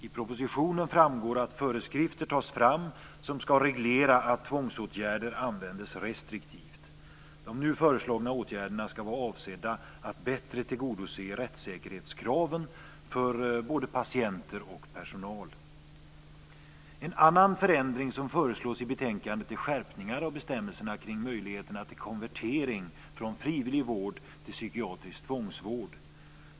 Av propositionen framgår att föreskrifter tas fram som ska reglera att tvångsåtgärder används restriktivt. De nu föreslagna åtgärderna ska vara avsedda att bättre tillgodose rättssäkerhetskraven för både patienter och personal. En annan förändring som föreslås i betänkandet är skärpningar av bestämmelserna kring möjligheter till konvertering från frivillig vård till psykiatrisk tvångsvård.